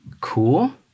cool